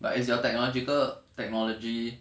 but is your technological technology